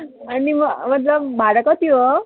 अनि म मतलब भाडा कति हो